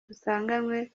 dusanganywe